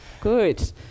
good